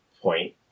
point